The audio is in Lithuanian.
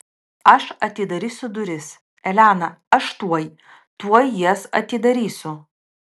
aš atidarysiu duris elena aš tuoj tuoj jas atidarysiu